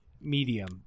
medium